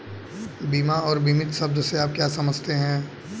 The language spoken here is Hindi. बीमा और बीमित शब्द से आप क्या समझते हैं?